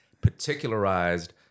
particularized